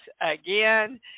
again